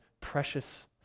precious